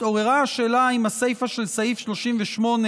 התעוררה שאלה אם הסיפא של סעיף 38,